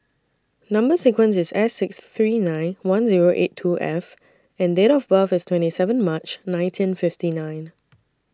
Number sequence IS S six three nine one Zero eight two F and Date of birth IS twenty seven March nineteen fifty nine